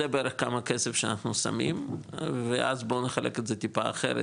זה בערך כמה כסף שאנחנו שמים ואז בוא נחלק את זה טיפה אחרת,